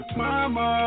mama